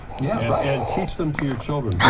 yeah and teach them to your children,